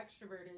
extroverted